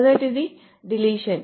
మొదటిది డిలీషన్